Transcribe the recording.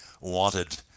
wanted—